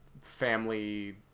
family